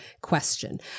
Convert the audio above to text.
question